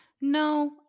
No